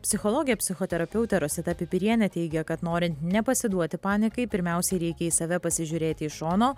psichologė psichoterapeutė rosita pipirienė teigė kad norint nepasiduoti panikai pirmiausiai reikia į save pasižiūrėti iš šono